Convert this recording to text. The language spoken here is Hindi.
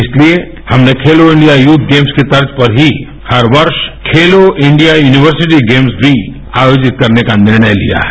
इसलिए हमने खेलो इंडिया यूथ गेम्स की तर्क पर ही हर वर्ष खेलो इंडिया यूनिवर्सिटी गेम्स भी अयोजित करने का निर्णय लिया है